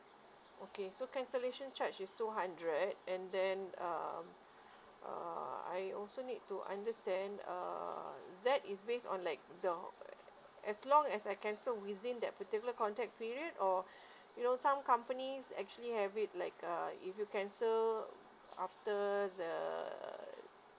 okay so cancellation charge is two hundred and then uh uh I also need to understand uh that is based on like the as long as I cancel within that particular contract period or you know some companies actually have it like uh if you cancel after the